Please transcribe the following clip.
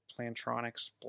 Plantronics